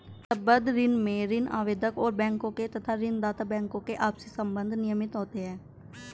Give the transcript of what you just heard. संबद्ध ऋण में ऋण आवेदक और बैंकों के तथा ऋण दाता बैंकों के आपसी संबंध नियमित होते हैं